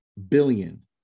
billion